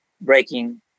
breaking